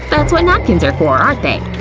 that's what napkins are for, aren't they?